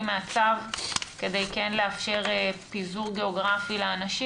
מהצו כדי לאפשר פיזור גאוגרפי לאנשים.